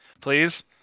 please